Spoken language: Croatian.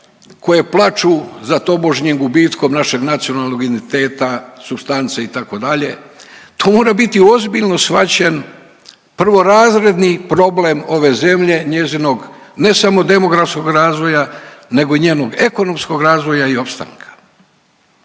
koje plaću za tobožnjim gubitkom našeg nacionalnog identiteta, supstance itd. To mora biti ozbiljno shvaćen prvorazredni problem ove zemlje, njezinog ne samo demografskog razvoja, nego i njenog ekonomskog razvoja i opstanka.